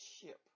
ship